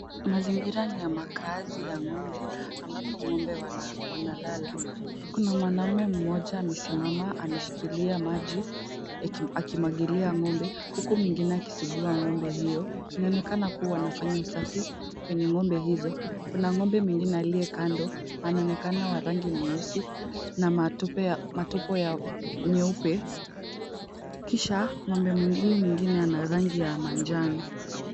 Mazingira ni ya makazi ya ng'ombe ambapo ng'ombe wanalala. Kuna mwanaume mmoja amesimama ameshikilia maji akimwagilia ng'ombe huku mwingine akisugua ng'ombe hiyo. Inaonekana kuwa anafanya usafi kwenye ng'ombe hizo. Kuna ng'ombe mwingine aliye kando anaonekana wa rangi nyeusi na matope ya nyeupe. Kisha ng'ombe huyu mwingie ana rangi ya manjano.